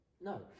no